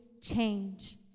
change